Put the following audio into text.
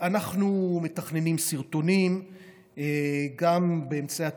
אנחנו מתכננים סרטונים גם באמצעי